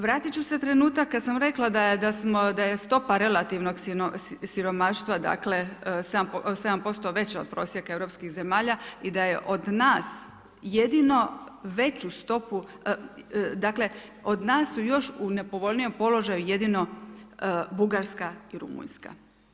Vratit ću se trenutak kad sam rekla da je stopa relativnog siromaštva dakle 7% veća od prosjeka europskih zemalja i da je od nas jedino veću stopu, dakle od nas su još u nepovoljnijem položaju jedino Bugarska i Rumunjska.